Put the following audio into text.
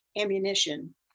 ammunition